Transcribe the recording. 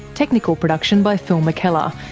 technical production by phil mckellar,